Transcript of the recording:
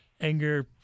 anger